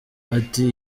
ati